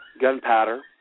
gunpowder